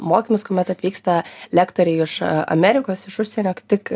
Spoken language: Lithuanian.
mokymus kuomet atvyksta lektoriai iš amerikos iš užsienio kaip tik